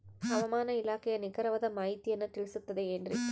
ಹವಮಾನ ಇಲಾಖೆಯ ನಿಖರವಾದ ಮಾಹಿತಿಯನ್ನ ತಿಳಿಸುತ್ತದೆ ಎನ್ರಿ?